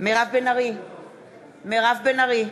מירב בן ארי,